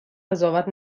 قضاوت